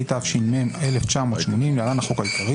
התש"ם 1980 (להלן החוק העיקרי)